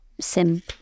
SIM